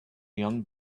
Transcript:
young